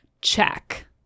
check